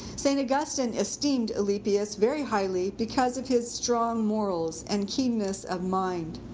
saint augustine esteemed alypius very highly because of his strong morals and keenness of mind.